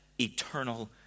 eternal